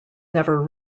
never